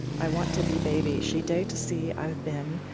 i want to be baby. she day to see i've been,